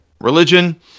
religion